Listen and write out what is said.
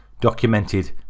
documented